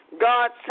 God